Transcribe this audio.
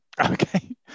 Okay